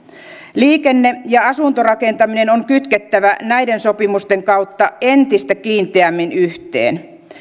liikenne ja asuntorakentaminen on kytkettävä näiden sopimusten kautta entistä kiinteämmin yhteen